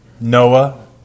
Noah